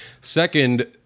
Second